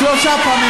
שלוש פעמים.